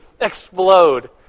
explode